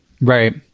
right